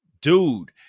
dude